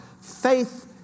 Faith